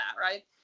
Right